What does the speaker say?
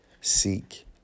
Seek